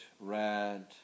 red